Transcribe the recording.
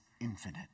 infinite